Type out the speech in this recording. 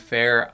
Fair